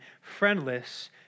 friendless